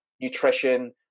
nutrition